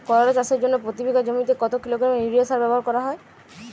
করলা চাষের জন্য প্রতি বিঘা জমিতে কত কিলোগ্রাম ইউরিয়া সার ব্যবহার করা হয়?